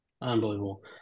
Unbelievable